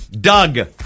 Doug